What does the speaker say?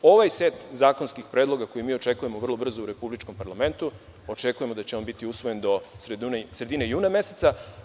Ovaj set zakonskih predloga, koji mi očekujemo vrlo brzo u republičkom parlamentu, očekujemo da će biti usvojen do sredine juna meseca.